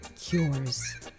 cures